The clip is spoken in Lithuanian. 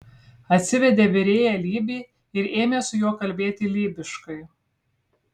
atsivedė virėją lybį ir ėmė su juo kalbėti lybiškai